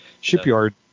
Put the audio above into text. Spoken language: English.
Shipyard